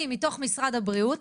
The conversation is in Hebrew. אני מתוך משרד הבריאות,